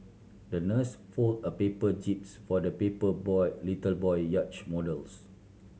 the nurse folded a paper jibs for the people boy little boy yachts models